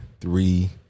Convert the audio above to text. three